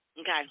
Okay